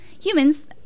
Humans